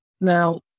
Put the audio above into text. Now